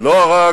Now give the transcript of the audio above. לא הרג,